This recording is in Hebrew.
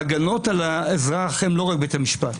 ההגנות על האזרח הן לא רק בבית המשפט.